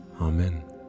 Amen